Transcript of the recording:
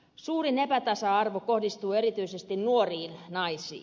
suurin epätasa arvo kohdistuu erityisesti nuoriin naisiin